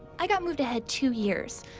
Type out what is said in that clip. i got moved ahead two years.